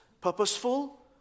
purposeful